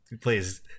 please